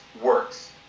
works